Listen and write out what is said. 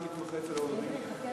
לוועדת החוקה, חוק ומשפט נתקבלה.